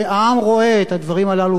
העם רואה את הדברים הללו,